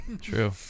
True